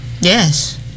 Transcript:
Yes